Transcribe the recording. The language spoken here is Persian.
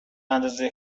اندازه